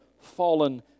fallen